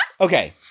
Okay